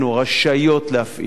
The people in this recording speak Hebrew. רשאיות להפעיל,